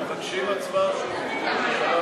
מבקשים הצבעה שמית.